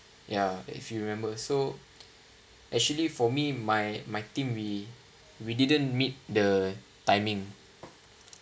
ya if you remember so actually for me my my team we we didn't meet the timing